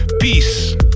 Peace